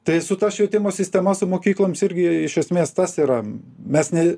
tai su ta švietimo sistema su mokykloms irgi iš esmės tas yra mes ne